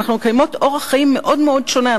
אנחנו מקיימות אורח חיים מאוד מאוד שונה.